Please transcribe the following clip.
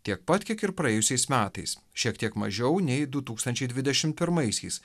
tiek pat kiek ir praėjusiais metais šiek tiek mažiau nei du tūkstančiai dvidešimt pirmaisiais